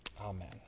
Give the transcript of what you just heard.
Amen